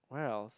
where else